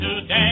today